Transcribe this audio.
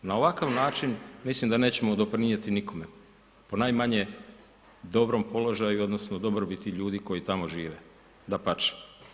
Na ovakav način mislim da neće doprinijeti nikome ponajmanje dobrom položaju odnosno dobrobiti ljudi koji tamo žive, dapače.